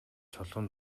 чулуун